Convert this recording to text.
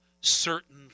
certain